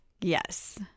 Yes